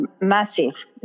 massive